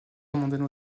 demandaient